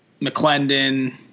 McClendon